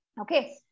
Okay